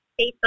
Facebook